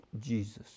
Jesus